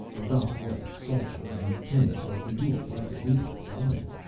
odal was a soldier, and kanus was the duly-elected leader of the government.